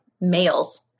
males